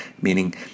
meaning